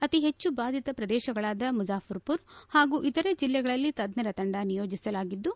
ಅತಿ ಹೆಚ್ಚು ಬಾಧಿತ ಪ್ರದೇಶಗಳಾದ ಮುಜಾಫರ್ಮರ್ ಪಾಗೂ ಇತರೆ ಜಿಲ್ಲೆಗಳಲ್ಲಿ ತಜ್ಜರ ತಂಡ ನಿಯೋಜಿಸಲಾಗಿದ್ದು